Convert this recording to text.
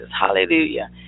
Hallelujah